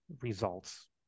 results